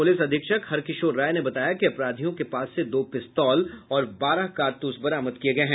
police अधीक्षक हरकिशोर राय ने बताया कि अपराधियों के पास से दो पिस्तौल और बारह कारतूस बरामद किये गये हैं